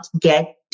get